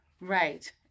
Right